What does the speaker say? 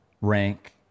Rank